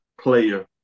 player